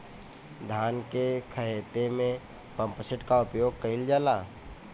धान के ख़हेते में पम्पसेट का उपयोग कइल जाला?